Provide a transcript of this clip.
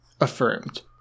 affirmed